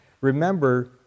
Remember